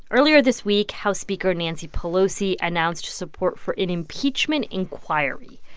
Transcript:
earlier this week, house speaker nancy pelosi announced support for an impeachment inquiry.